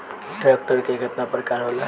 Tractor के केतना प्रकार होला?